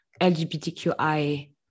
LGBTQI